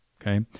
Okay